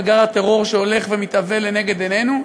גל הטרור שהולך ומתהווה לנגד עינינו.